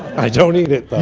i don't eat it though.